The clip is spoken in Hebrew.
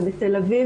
ובתל-אביב,